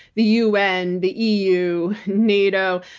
the un, the eu, nato,